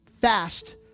fast